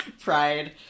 Pride